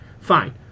Fine